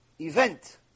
event